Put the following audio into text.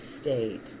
state